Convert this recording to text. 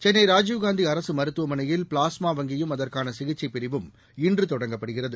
சென்னை ராஜீவ்காந்தி அரசு மருத்துவமனையில் ப்ளாஸ்மா வங்கியும் அதற்கான சிகிச்சை பிரிவும் இன்று தொடங்கப்படுகிறது